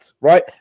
right